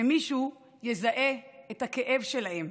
שמישהו יזהה את הכאב שלהם.